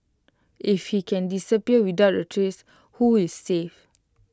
if he can disappear without A trace who is safe